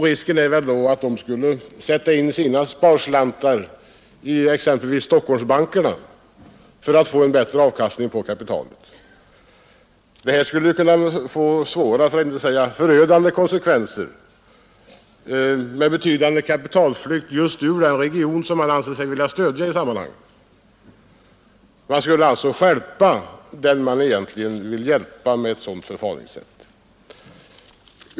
Risken är då att de skulle sätta in sina sparslantar i exempelvis Stockholmsbankerna för att få bättre avkastning på kapitalet. Det här skulle kunna få svåra för att inte säga förödande konsekvenser med betydande kapitalflykt ur just den region som man anser sig vilja stödja. Man skulle alltså stjälpa den som man egentligen vill hjälpa.